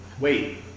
Wait